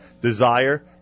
desire